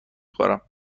خورم